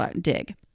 dig